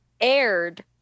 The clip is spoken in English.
aired